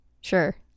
sure